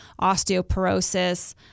osteoporosis